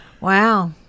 Wow